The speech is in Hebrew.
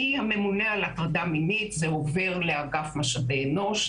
מהממונה על הטרדה מינית זה עובר לאגף משאבי אנוש,